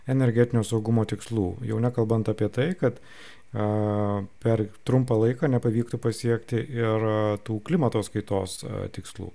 energetinio saugumo tikslų jau nekalbant apie tai kad a per trumpą laiką nepavyktų pasiekti ir tų klimato kaitos tikslų